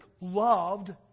loved